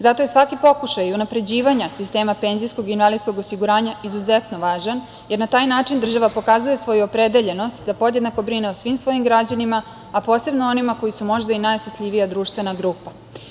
Zato je svaki pokušaj unapređivanja sistema penzijskog i invalidskog osiguranja izuzetno važan, jer na taj način država pokazuje svoju opredeljenost da podjednako brine o svim svojim građanima, a posebno onima koji su možda i najosetljivija društvena grupa.